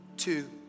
two